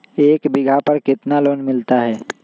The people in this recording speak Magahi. एक बीघा पर कितना लोन मिलता है?